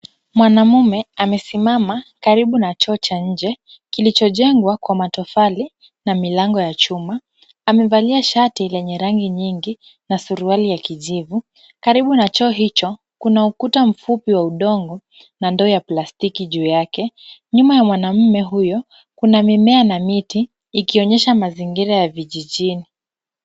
Mwanamume amesimama karibu na choo cha nje kilichojengwa kwa matofali na milango ya chuma. Amevalia shati lenye rangi nyingi na suruali ya kijivu. Karibu na choo hicho kuna ukuta mfupi wa udongo na ndoo ya plastiki juu yake. Nyuma ya mwanamume huyo kuna mimea na miti ikionesha mazingira ya vijijini.